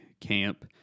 Camp